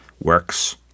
works